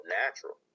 natural